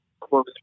close